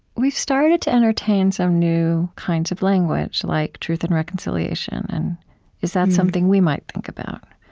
we've started to entertain some new kinds of language like truth and reconciliation. and is that something we might think about